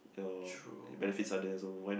the benefits are there so why not